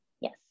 Yes